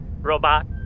Robot